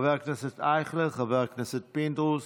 חבר הכנסת אייכלר, חבר הכנסת פינדרוס,